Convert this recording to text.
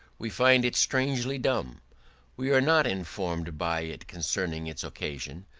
we find it strangely dumb we are not informed by it concerning its occasion,